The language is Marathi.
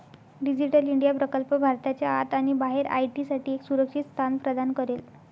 डिजिटल इंडिया प्रकल्प भारताच्या आत आणि बाहेर आय.टी साठी एक सुरक्षित स्थान प्रदान करेल